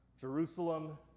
Jerusalem